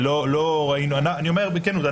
אני אומר בכנות,